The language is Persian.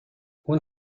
اون